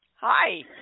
Hi